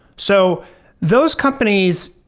so those companies,